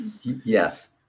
Yes